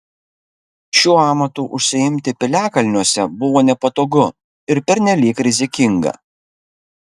šiuo amatu užsiimti piliakalniuose buvo nepatogu ir pernelyg rizikinga